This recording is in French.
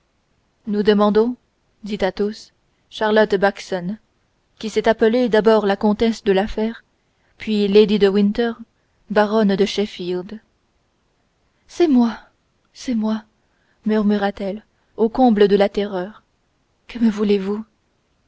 nous demandons dit athos charlotte backson qui s'est appelée d'abord la comtesse de la fère puis lady de winter baronne de sheffield c'est moi c'est moi murmura-t-elle au comble de la terreur que me voulez-vous